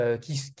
Qui